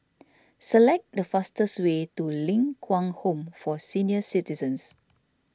select the fastest way to Ling Kwang Home for Senior Citizens